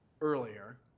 earlier